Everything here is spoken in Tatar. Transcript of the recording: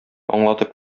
аңлатып